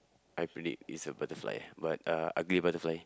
I believe it's a butterfly but uh ugly butterfly